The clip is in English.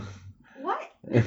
what